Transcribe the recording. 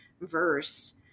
verse